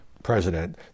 president